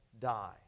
die